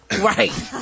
right